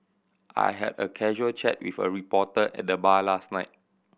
I had a casual chat with a reporter at the bar last night